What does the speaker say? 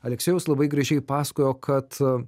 aleksiejaus labai gražiai pasakojo kad